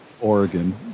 Oregon